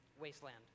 wasteland